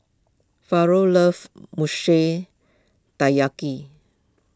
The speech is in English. Faron loves Mochi Taiyaki